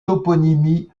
toponymie